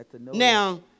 now